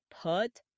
put